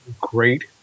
great